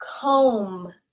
Comb